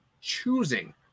choosing